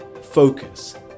focus